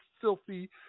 filthy